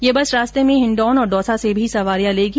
यह बस रास्ते में हिण्डौन और दौसा से भी सवारिया लेंगी